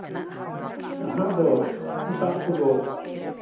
ᱟᱨ ᱱᱟᱦᱟᱸᱜ ᱫᱚ ᱦᱟᱹᱠᱩ ᱥᱟᱵ ᱠᱚᱫᱚ